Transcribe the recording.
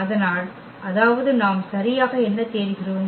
அதனால் அதாவது நாம் சரியாக என்ன தேடுகிறோம்